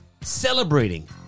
celebrating